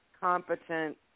competent